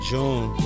June